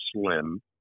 slim